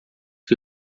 que